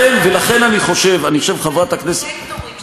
נבחרת הדירקטורים.